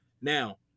Now